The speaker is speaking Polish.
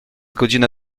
godzina